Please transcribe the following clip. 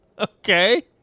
Okay